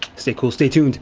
stay cool, stay tuned.